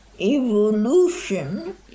evolution